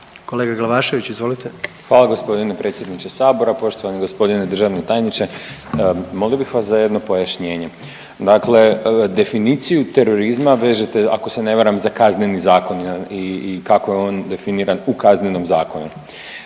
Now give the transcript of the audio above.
Bojan (Nezavisni)** Hvala g. predsjedniče Sabora. Poštovani g. državni tajniče. Molio bih vas za jedno pojašnjenje. Dakle definiciju terorizma vežete, ako se ne varam za Kazneni zakon i kako je on definiran u Kaznenom zakonu.